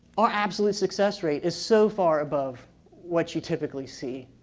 our absolute success rate is so far above what you typically see.